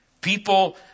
People